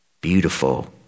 beautiful